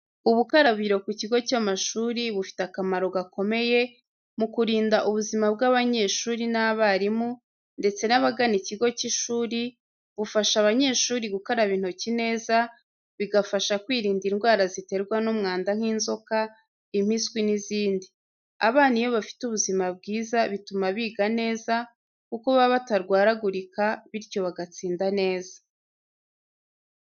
Ubukarabiro ku kigo cy’amashuri bufite akamaro gakomeye mu kurinda ubuzima bw’abanyeshuri n’abarimu ndetse n'abagana ikigo cy'ishuri, bufasha abanyeshuri gukaraba intoki neza, bigafasha kwirinda indwara ziterwa n’mwanda nk’inzoka, impiswi n’izindi. Abana iyo bafite buzima bwiza bituma biga neza, kuko baba batarwaragurika, bityo bagatsinda neza.